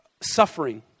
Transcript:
suffering